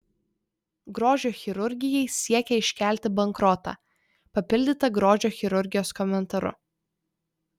grožio chirurgijai siekia iškelti bankrotą papildyta grožio chirurgijos komentaru